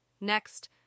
Next